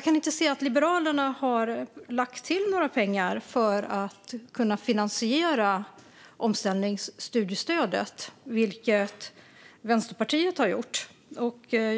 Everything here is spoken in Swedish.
kan se att Liberalerna har lagt till några pengar för att kunna finansiera omställningsstudiestödet, vilket Vänsterpartiet har gjort.